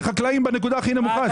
זה חקלאים ברמה הכי נמוכה,